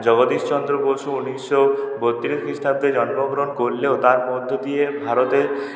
জগদীশচন্দ্র বসু উনিশশো বত্রিশ খ্রিস্টাব্দে জন্মগ্রহণ করলেও তার মধ্য দিয়ে ভারতে